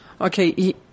Okay